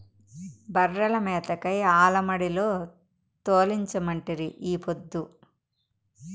బర్రెల మేతకై ఆల మడిలో తోలించమంటిరి ఈ పొద్దు